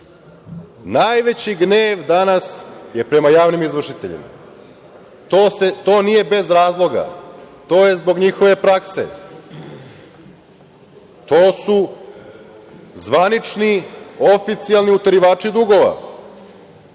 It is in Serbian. gnev je danas prema javnim izvršiteljima. To nije bez razloga. To je zbog njihove prakse. To su zvanični, oficijelni uterivači dugova,